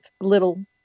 little